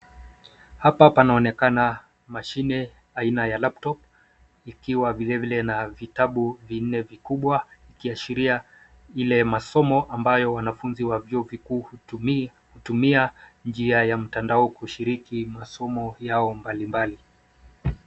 Hapa panaonekana mashine aina ya laptop ikiwa vilevile na vitabu vinne vikubwa ikiashiria ile masomo ambayo wanafunzi wa vyuo vikuu hutumia njia ya mtandao kushiriki masomo yao mbalimbali.